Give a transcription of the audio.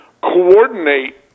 coordinate